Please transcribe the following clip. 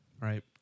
Right